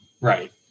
right